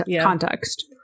Context